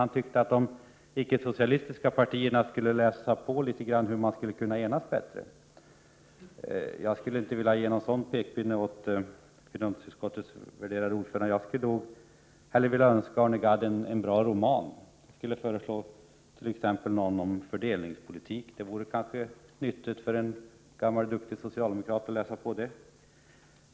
Han tyckte att de icke-socialistiska partierna skulle läsa på litet grand så att de skulle kunna enas på ett bättre sätt. Jag vill inte ge någon sådan pekpinne åt finansutskottets värderade ordförande. Jag skulle hellre önska Arne Gadd en bra bok, t.ex. någon om fördelningspolitiken. Det vore kanske nyttigt för en gammal och duktig socialdemokrat att läsa på om den.